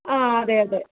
ആ അതെ അതെ